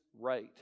right